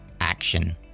action